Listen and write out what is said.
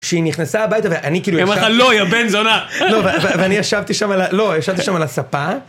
כשהיא נכנסה הביתה ואני כאילו.. היא אמרה לך לא יא בן זונה.. לא.. ואני ישבתי שם, לא, ישבתי שם על הספה.